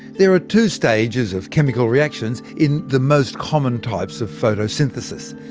there are two stages of chemical reactions in the most common types of photosynthesis.